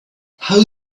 how